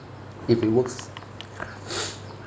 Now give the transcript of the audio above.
if it works